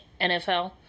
NFL